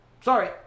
sorry